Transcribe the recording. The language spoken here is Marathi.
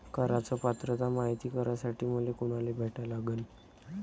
कराच पात्रता मायती करासाठी मले कोनाले भेटा लागन?